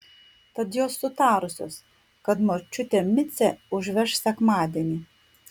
tad jos sutarusios kad močiutė micę užveš sekmadienį